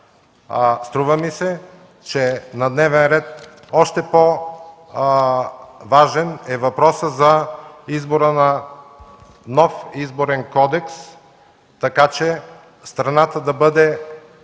Струва ми се, че на дневен ред още по-важен е въпросът за нов Изборен кодекс, така че страната да бъде